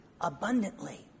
abundantly